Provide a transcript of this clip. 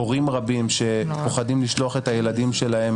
הורים רבים פוחדים לשלוח את הילדים שלהם